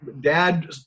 Dad